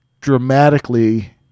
dramatically